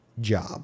job